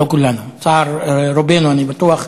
לא כולנו, צער רובנו, אני בטוח,